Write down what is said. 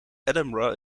edinburg